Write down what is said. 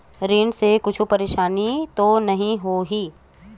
ऋण से कुछु परेशानी तो नहीं होही?